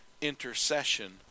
intercession